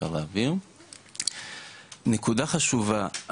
נקודה חשובה,